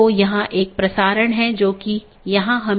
जो हम चर्चा कर रहे थे कि हमारे पास कई BGP राउटर हैं